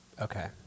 Okay